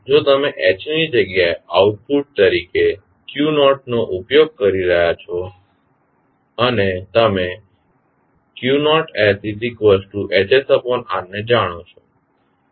હવે જો તમે h ની જગ્યાએ આઉટપુટ તરીકે q0 નો ઉપયોગ કરી રહ્યા છો અને તમે ને જાણો છો